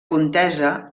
contesa